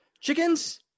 chickens